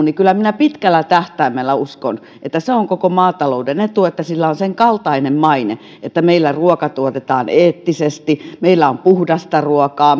niin kyllä minä pitkällä tähtäimellä uskon että se on koko maatalouden etu että sillä on senkaltainen maine että meillä ruoka tuotetaan eettisesti meillä on puhdasta ruokaa